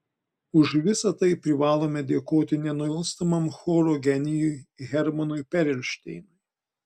už visa tai privalome dėkoti nenuilstamam choro genijui hermanui perelšteinui